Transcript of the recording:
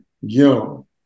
young